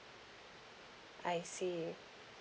I see